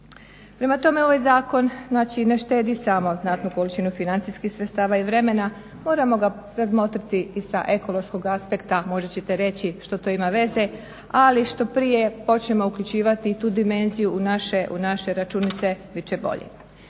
Prema tome, ovaj zakon ne štedi samo znatnu količinu financijskih sredstava i vremena, moramo ga razmotriti i sa ekološkog aspekta, možda ćete reći što to ima veze, ali što prije počnemo uključivati tu dimenziju u naše računice bit će bolje.